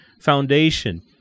foundation